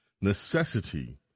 Necessity